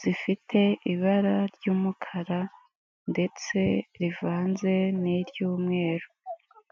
zifite ibara ry'umukara ndetse rivanze n'iry'umweru.